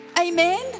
Amen